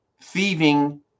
thieving